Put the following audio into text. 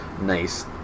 nice